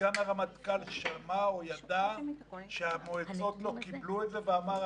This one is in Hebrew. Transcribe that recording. וסגן הרמטכ"ל שמע או ידע שהמועצות לא קיבלו את זה ואמר,